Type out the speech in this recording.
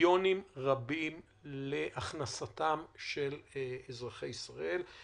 מיליונים רבים להכנסתם של אזרחי ישראל.